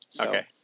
Okay